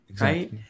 Right